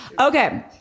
Okay